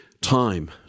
time